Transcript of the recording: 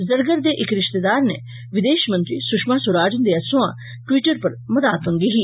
जरगर दे इक रिश्तेदार ने विदेश मंत्री सुषमा स्वराज हुंदे सोयां ट्वीट्र पर मदाद मंगी ही